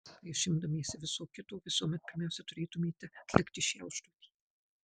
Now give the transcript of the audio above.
prieš imdamiesi viso kito visuomet pirmiausia turėtumėte atlikti šią užduotį